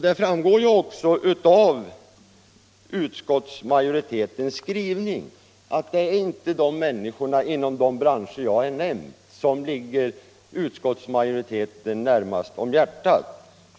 Det framgår också av utskottsmajoritetens skrivning att det inte är de anställda inom de branscher jag har nämnt som ligger utskottet närmast om hjärtat.